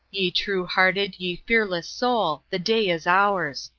ye true-hearted, ye fearless soul the day is ours.